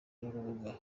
n’urubuga